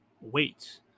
Wait